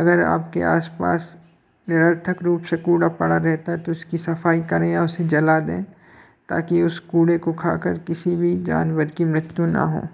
अगर आपके आस पास निरर्थक रूप से कूड़ा पड़ा रहता है तो इसकी सफाई करें या उसे जला दें ताकि उस कूड़े को खाकर किसी भी जानवर की मृत्यु ना हो